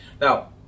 now